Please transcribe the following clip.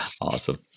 Awesome